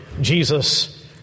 Jesus